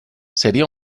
sería